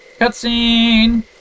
Cutscene